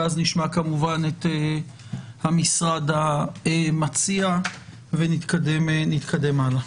ואז נשמע כמובן את המשרד המציע ונתקדם הלאה.